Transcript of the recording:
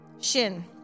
Shin